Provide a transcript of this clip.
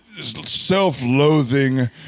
self-loathing